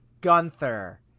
Gunther